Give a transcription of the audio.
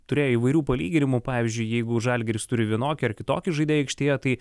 turėjo įvairių palyginimų pavyzdžiui jeigu žalgiris turi vienokį ar kitokį žaidėją aikštėje tai